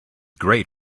great